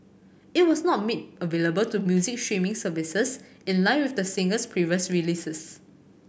it was not made available to music streaming services in line with the singer's previous releases